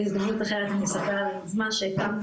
בהזדמנות אחרת אני אספר על המיזם שהקמנו,